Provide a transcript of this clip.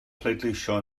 pleidleisio